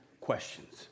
questions